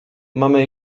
mamy